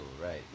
Right